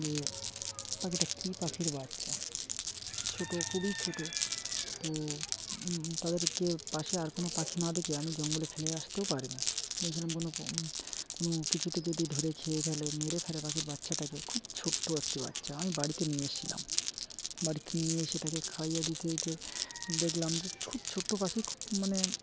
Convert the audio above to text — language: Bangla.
যে পাখিটা কী পাখির বাচ্চা ছোটো খুবই ছোটো তো তাদেরকে পাশে আর কোনো পাখি না দেখে আমি জঙ্গলে ফেলে আসতেও পারিনি দেখছিলাম কোনো কোনো কিছুতে যদি ধরে খেয়ে ফেলে মেরে ফেলে পাখির বাচ্চাটাকে খুব ছোট্টো একটি বাচ্চা আমি বাড়িতে নিয়ে এসেছিলাম বাড়িতে নিয়ে এসে তাকে খাইয়ে দিতে দিতে দেখলাম যে খুব ছোট্টো পাখি খুব মানে